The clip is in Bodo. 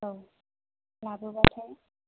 औ लाबोब्लाथाय